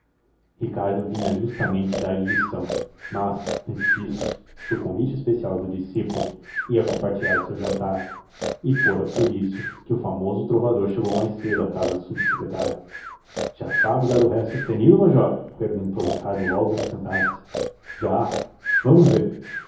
ricardo vinha justamente dar-lhe lição mas antes disso por convite especial do discípulo ia compartilhar o seu jantar e fora por isso que o famoso trovador chegou mais cedo à casa do subsecretário já sabe dar o ré sustenido major perguntou ricardo logo ao sentar-se já vamos ver